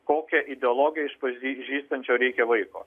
kokią ideologiją išpažįstančio reikia vaiko